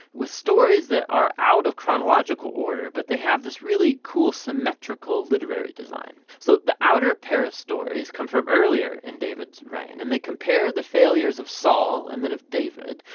with stories that are out of chronological order, but they have this really cool symmetrical literary design. so the outer pair of stories come from earlier in david's reign and they compared the failures of saul and then of david,